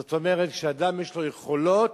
זאת אומרת, כשאדם יש לו יכולות,